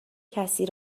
کسی